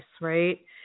right